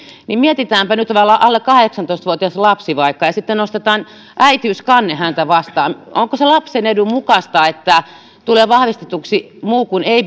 mietitäänpä nyt vaikka että on alle kahdeksantoista vuotias lapsi ja sitten nostetaan äitiyskanne häntä vastaan onko se lapsen edun mukaista että tulee vahvistetuksi ei